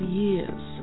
years